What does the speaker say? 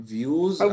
Views